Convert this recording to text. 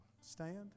Stand